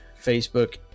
Facebook